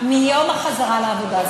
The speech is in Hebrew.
מיום החזרה לעבודה.